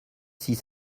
six